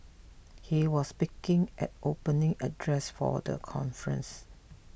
he was speaking at opening address for the conference